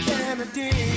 Kennedy